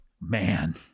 Man